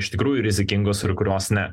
iš tikrųjų rizikingos ir kurios ne